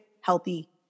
healthy